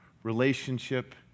Relationship